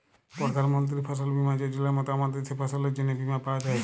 পরধাল মলতির ফসল বীমা যজলার মত আমাদের দ্যাশে ফসলের জ্যনহে বীমা পাউয়া যায়